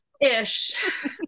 ish